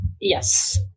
Yes